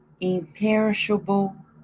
imperishable